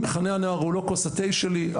מחנה הנוער הוא לא כוס התה שלי,